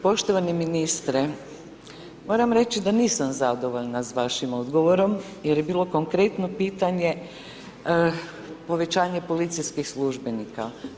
Poštovani ministre, moram reći da nisam zadovoljna s vašim odgovorom, jer je bilo konkretno pitanje, povećanje policijskih službenika.